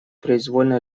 произвольно